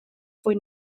fwy